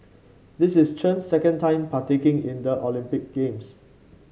this is Chen's second time partaking in the Olympic Games